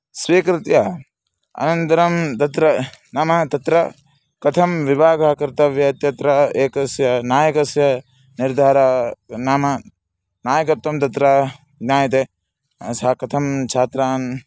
स्वीकृत्य अनन्तरं तत्र नाम तत्र कथं विभागः कर्तव्यः इत्यत्र एकस्य नायकस्य निर्धारः नाम नायकत्वं तत्र ज्ञायते सः कथं छात्रान्